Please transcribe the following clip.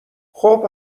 خوب